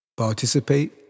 Participate